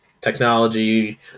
technology